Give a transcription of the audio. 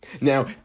Now